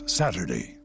saturday